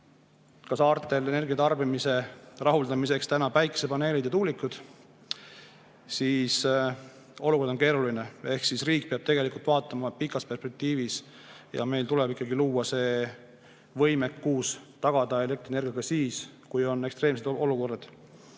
saartel energiatarbimise rahuldamiseks päikesepaneelid ja tuulikud, siis oleks olukord keeruline. Ehk riik peab vaatama pikas perspektiivis ja meil tuleb ikkagi luua võimekus tagada elektrienergia ka siis, kui on ekstreemsed olukorrad.